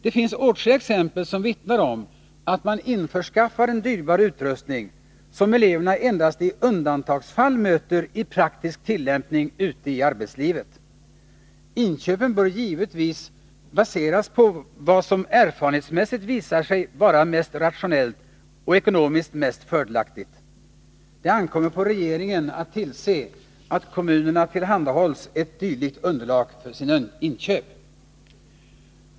Det finns åtskilliga exempel som vittnar om att man införskaffar en dyrbar utrustning, som eleverna endast i undantagsfall möter i praktisk tillämpning ute i arbetslivet. Inköpen bör givetvis baseras på vad som erfarenhetsmässigt visat sig vara mest rationellt och ekonomiskt mest fördelaktigt. Det ankommer på regeringen att tillse att kommunerna tillhandahålls ett dylikt underlag för sina inköp.